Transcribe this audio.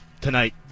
tonight